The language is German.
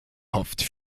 hofft